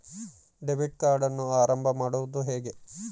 Debit ಕಾರ್ಡನ್ನು ಆರಂಭ ಮಾಡೋದು ಹೇಗೆ?